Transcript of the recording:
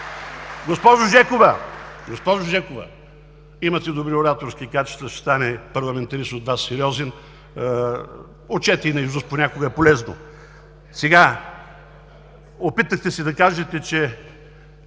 Госпожо Жекова, имате добри ораторски качества, ще стане парламентарист от Вас – сериозен, учете и наизуст, понякога е полезно. Опитахте се да кажете, че